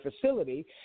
facility